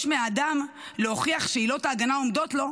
מאדם להוכיח שעילות ההגנה עומדות לו,